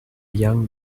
young